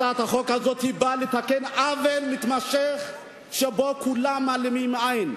הצעת החוק הזאת באה לתקן עוול מתמשך שבו כולם מעלימים עין.